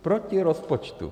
Proti rozpočtu!